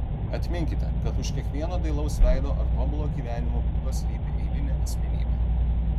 atminkite kad už kiekvieno dailaus veido ar tobulo gyvenimo būdo slypi eilinė asmenybė